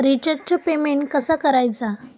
रिचार्जचा पेमेंट कसा करायचा?